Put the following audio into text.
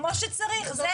כמו שצריך.